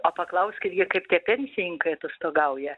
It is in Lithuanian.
o paklauskit gi kaip tie pensininkai atostogauja